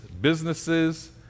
businesses